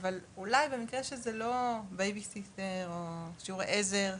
אבל אולי במקרה שזה לא בייביסיטר או שיעורי עזר,